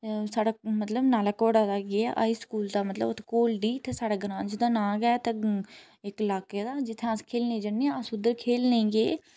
साढा मतलब नाला घोड़ा दा होइया हाई स्कूल दा मतलब घोलडी साढ़े ग्रांऽ दा नांऽ गे इक इलाके दा जि'त्थें अस खेल्लने ई जन्ने आं अस उद्धर खेल्लने ई गे